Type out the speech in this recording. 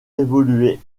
évoluer